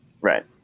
right